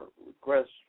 request